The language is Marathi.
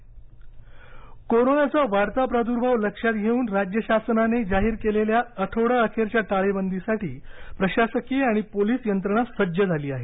टाळेबंदी कोरोनाचा वाढता प्रादुर्भाव लक्षात घेऊन राज्य शासनाने जाहीर केलेल्या आठवडा अखेरच्या टाळेबंदीसाठी प्रशासकीय आणि पोलीस यंत्रणा सज्ज झाली आहे